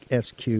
sq